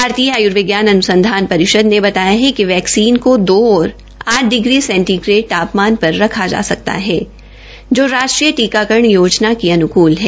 भारतीय आय्र्विज्ञान अन्संधान परिषद ने बताया कि वैक्सीन को दो और आठ डिग्री सेंटीग्रेड तापमान पर रखा जा सकता है जो राष्ट्रीय योजना के अन्कूल है